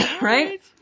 Right